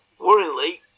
Worryingly